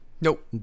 nope